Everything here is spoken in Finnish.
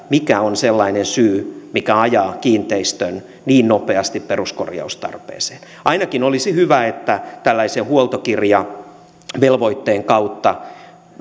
mikä on sellainen syy mikä ajaa kiinteistön niin nopeasti peruskorjaustarpeeseen ainakin olisi hyvä että tällaisen huoltokirjavelvoitteen kautta